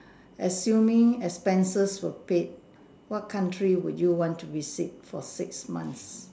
assuming expenses were paid what country would you want to visit for six months